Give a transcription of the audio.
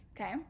okay